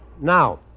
Now